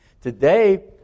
Today